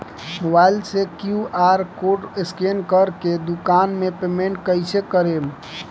Mobile से QR code scan कर के दुकान मे पेमेंट कईसे करेम?